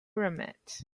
pyramids